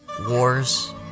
Wars